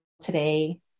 today